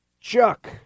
Chuck